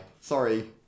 Sorry